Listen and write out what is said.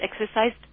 exercised